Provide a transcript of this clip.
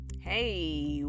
Hey